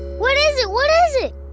what is it, what is it?